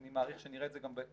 אני מעריך שנראה את זה גם בהמשך,